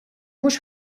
mhux